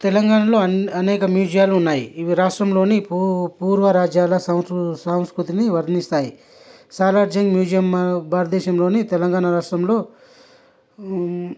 తెలంగాణలో అనేక మ్యుసియుమ్లు ఉన్నాయి ఇవి రాష్ట్రం లోని పూ పూర్వ రాజ్యాల సంక్రు సంస్కృతిని వర్ణిస్తాయి సాలార్ జంగ్ మ్యుసియుమ్ భారతదేశంలోని తెలంగాణ రాష్టంలో